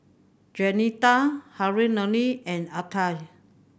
Juanita Harlene and Altie